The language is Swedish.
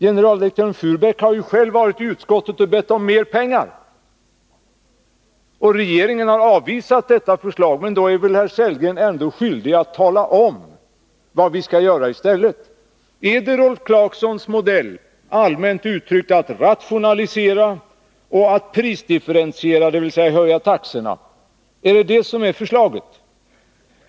Generaldirektör Furbäck har själv varit i utskottet och bett om mer pengar. Regeringen har avvisat det förslaget. Då är väl ändå herr Sellgren skyldig att tala om vad man skall göra i stället? Är det Rolf Clarksons modell — allmänt uttryckt att rationalisera och prisdifferentiera, dvs. höja taxorna — som är förslaget?